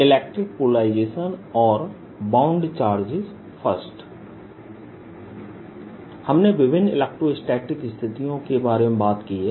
electric polarization और bound charges I हमने विभिन्न इलेक्ट्रोस्टैटिक स्थितियों के बारे में बात की है